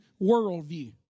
worldview